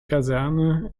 kaserne